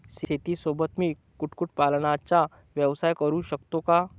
शेतीसोबत मी कुक्कुटपालनाचा व्यवसाय करु शकतो का?